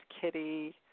kitty